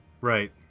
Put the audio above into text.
right